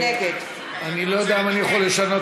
נגד סליחה, נגד, אני לא יודע אם אני יכול לשנות.